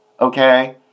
Okay